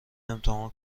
امتحان